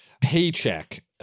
Paycheck